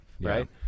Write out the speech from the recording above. right